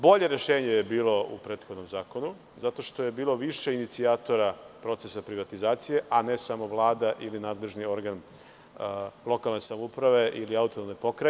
Bolje rešenje je bilo u prethodnom zakonu zato što je bilo više inicijatora procesa privatizacije, a ne samo Vlada ili nadležni organ lokalne samouprave ili AP.